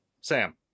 Sam